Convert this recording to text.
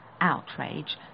outrage